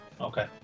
Okay